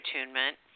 attunement